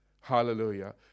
Hallelujah